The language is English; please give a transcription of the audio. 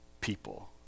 people